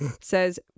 says